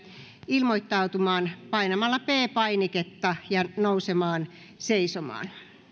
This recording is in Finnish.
ilmoittautumaan painamalla p painiketta ja nousemaan seisomaan